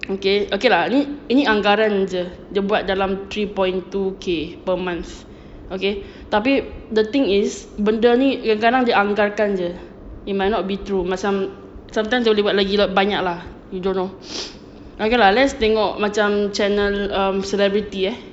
okay okay lah ni ni anggaran jer dia buat dalam three point two K per month okay tapi the thing is benda ni kadang-kadang dia anggarkan jer it might not be true macam sometimes dia boleh buat lagi banyak lah you don't know okay lah let's tengok macam channel um celebrity eh